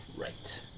Right